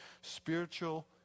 spiritual